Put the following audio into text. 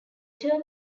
term